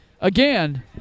Again